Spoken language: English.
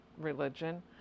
religion